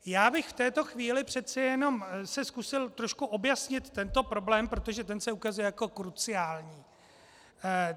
Já bych v této chvíli přece jenom zkusil trošku objasnit tento problém, protože ten se ukazuje jako kruciální.